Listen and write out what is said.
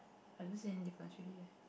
I don't see any difference yet